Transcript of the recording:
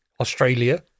Australia